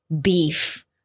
beef